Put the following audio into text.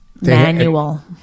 Manual